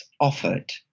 offered